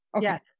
Yes